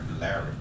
Larry